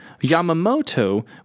Yamamoto